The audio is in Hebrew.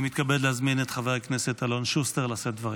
אני מתכבד להזמין את חבר הכנסת אלון שוסטר לשאת דברים.